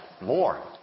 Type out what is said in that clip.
more